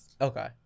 Okay